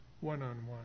one-on-one